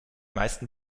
meisten